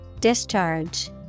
Discharge